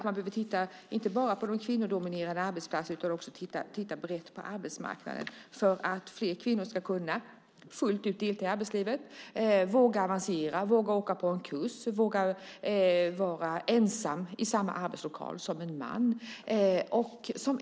Man behöver titta inte bara på kvinnodominerade arbetsplatserna utan också brett på arbetsmarknaden, för att fler kvinnor ska kunna delta i arbetslivet fullt ut, våga avancera, våga åka på en kurs eller våga vara ensam i samma arbetslokal som en man.